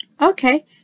okay